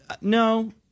No